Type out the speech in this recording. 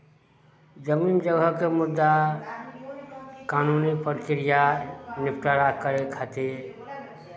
जमीन जगहके मुद्दा कानूनी प्रक्रिया निपटारा करय खातिर